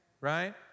right